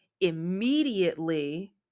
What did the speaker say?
immediately